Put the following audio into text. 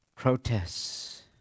Protests